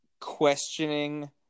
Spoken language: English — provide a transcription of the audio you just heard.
questioning